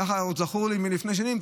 כך עוד זכור לי מלפני שנים,